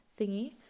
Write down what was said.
thingy